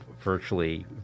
virtually